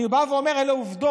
אני בא ואומר: אלה עובדות.